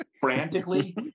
Frantically